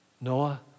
Noah